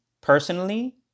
personally